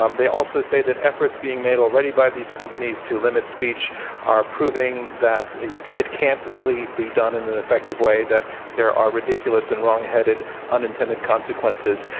um they also say that efforts being made already by these companies to limit speech are proving that it it can't really be done in an effective way, that there are ridiculous and wrong-headed unintended consequences,